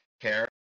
care